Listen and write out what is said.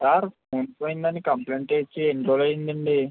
sir phone పోయిందని complaint ఇచ్చి ఎన్ని రోజులు అయ్యిందండి